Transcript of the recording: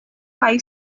five